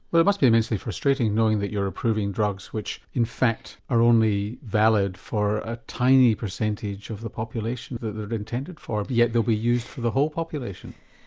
well it must be immensely frustrating knowing that you're approving drugs which in fact are only valid for a tiny percentage of the population that they're intended for, yet they'll be used for the whole population?